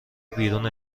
بیرون